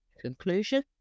Conclusion